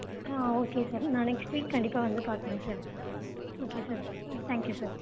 ஆ okay sir நான் next week கண்டிப்பாக வந்து பார்க்குறேன் சார் ஓகே சார் ம் தேங்க் யூ சார்